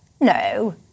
No